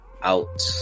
out